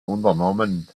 unternommen